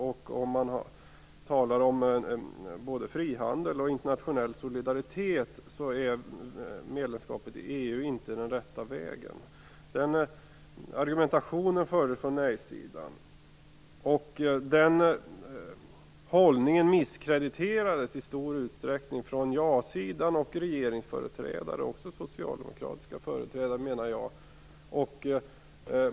Medlemskapet i EU är inte den rätta vägen om man vill uppnå både frihandel och internationell solidaritet. Den argumentationen fördes från nej-sidan. Deras hållning misskrediterades i stor utsträckning från jasidan, regeringsföreträdare och även från socialdemokratiska företrädare.